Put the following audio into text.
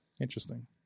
Interesting